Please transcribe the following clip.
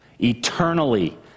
eternally